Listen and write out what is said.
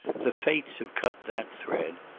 the fates have cut that thread.